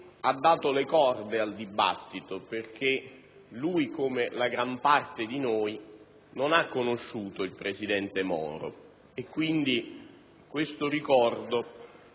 ha dato le corde al dibattito perché lui, come la gran parte di noi, non ha conosciuto il presidente Moro e quindi questo ricordo